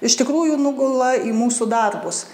iš tikrųjų nugula į mūsų darbus